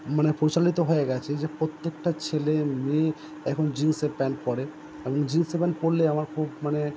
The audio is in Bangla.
মানে প্রচলিত হয়ে গেছে যে প্রত্যেকটা ছেলে মেয়ে এখন জিন্সের প্যান্ট পরে এবং জিন্সের প্যান্ট পরলে আমার খুব মানে